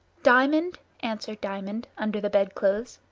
diamond, answered diamond, under the bed-clothes.